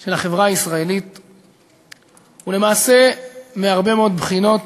של החברה הישראלית, ולמעשה, מהרבה מאוד בחינות,